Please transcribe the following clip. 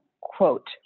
quote